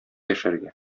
яшәргә